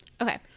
Okay